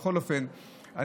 בכל אופן,